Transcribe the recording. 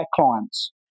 clients